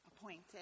appointed